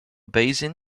basin